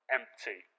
empty